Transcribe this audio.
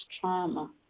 trauma